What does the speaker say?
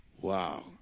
Wow